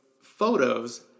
photos